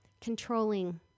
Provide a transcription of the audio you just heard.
controlling